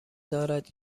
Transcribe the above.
دارد